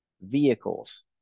vehicles